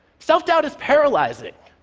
self-doubt is paralyzing.